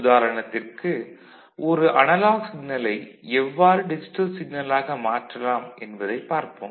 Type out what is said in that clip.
உதாரணத்திற்கு ஒரு அனலாக் சிக்னலை எவ்வாறு டிஜிட்டல் சிக்னலாக மாற்றலாம் என்பதைப் பார்ப்போம்